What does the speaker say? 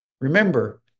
Remember